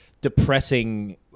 depressing